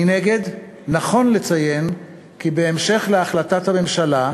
מנגד, נכון לציין כי בהמשך להחלטת הממשלה,